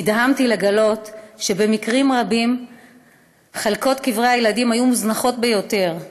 נדהמתי לגלות שבמקרים רבים חלקות קברי הילדים היו מוזנחות ביותר.